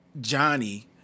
Johnny